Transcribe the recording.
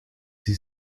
sie